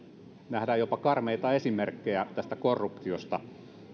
nähdä jopa karmeita esimerkkejä korruptiosta